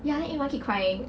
ya then everyone keep crying